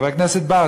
חבר הכנסת בר,